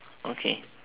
okay